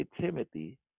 Timothy